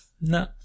no